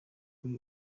kuri